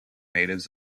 natives